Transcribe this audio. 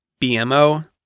BMO